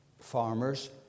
farmers